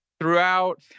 throughout